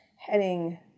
heading